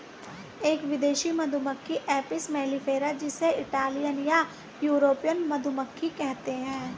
एक विदेशी मधुमक्खी एपिस मेलिफेरा जिसे इटालियन या यूरोपियन मधुमक्खी कहते है